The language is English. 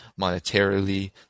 monetarily